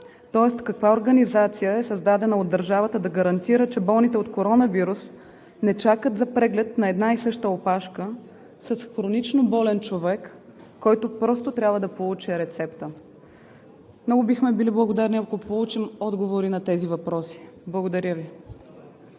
Тоест каква организация е създадена от държавата да гарантира, че болните от коронавирус не чакат за преглед на една и съща опашка с хронично болен човек, който просто трябва да получи рецепта? Бихме били много благодарни, ако получим отговори на тези въпроси. Благодаря Ви.